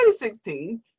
2016